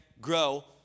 grow